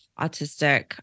autistic